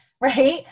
Right